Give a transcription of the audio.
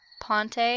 Ponte